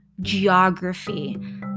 geography